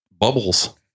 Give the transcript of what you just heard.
bubbles